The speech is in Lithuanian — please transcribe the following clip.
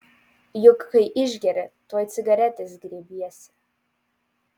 juk kai išgeri tuoj cigaretės griebiesi